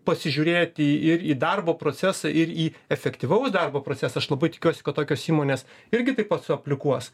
pasižiūrėti ir į darbo procesą ir į efektyvaus darbo procesą aš labai tikiuosi kad tokios įmonės irgi taip pat suaplikuos